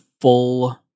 full